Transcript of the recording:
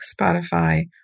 Spotify